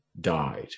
died